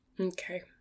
Okay